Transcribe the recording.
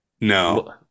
no